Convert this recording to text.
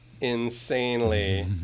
insanely